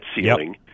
ceiling